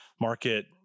market